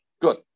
good